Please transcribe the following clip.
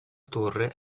torre